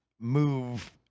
move